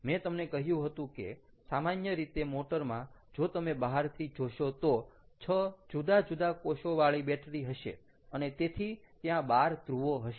મેં તમને કહ્યું હતું કે સામાન્ય રીતે મોટરમાં જો તમે બહારથી જોશો તો 6 જુદા જુદા કોષોવાળી બેટરી હશે અને તેથી ત્યાં 12 ધ્રુવો હશે